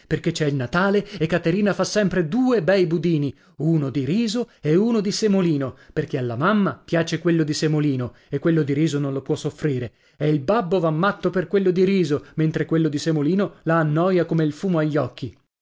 perché c'è il natale e caterina fa sempre due bei budini uno di riso e uno di semolino perché alla mamma piace quello di semolino e quello di riso non lo può soffrire e il babbo va matto per quello di riso mentre quello di semolino l'ha a noia come il fumo agli occhi